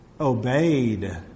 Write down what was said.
obeyed